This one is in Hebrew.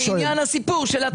בעניין הסיפור של הטמנה בקרקע.